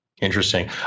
Interesting